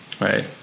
right